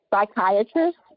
psychiatrist